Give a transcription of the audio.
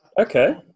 Okay